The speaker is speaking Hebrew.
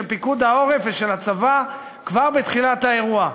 פיקוד העורף ושל הצבא כבר בתחילת האירוע?